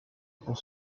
pour